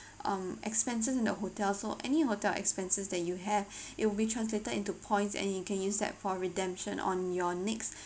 um expenses in the hotel so any hotel expenses that you have it will be translated into points and you can use that for redemption on your next